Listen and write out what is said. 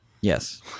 Yes